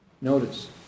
Notice